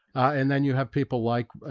and then you have people like, ah,